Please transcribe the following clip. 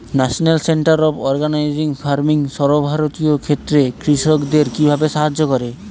National Centre of Organic Farming সর্বভারতীয় ক্ষেত্রে কৃষকদের কিভাবে সাহায্য করে?